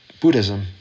Buddhism